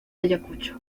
ayacucho